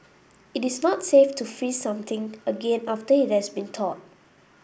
it is not safe to freeze something again after it has been thawed